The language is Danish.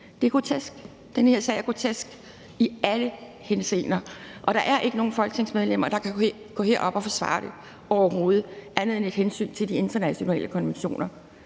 Det er grotesk. Den her sag er grotesk i alle henseender. Og der er ikke nogen folketingsmedlemmer, der kan gå herop på talerstolen og forsvare det overhovedet, andet end med et hensyn til de internationale konventioner,